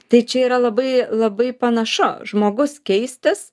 tai čia yra labai labai panašu žmogus keistis